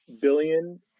billion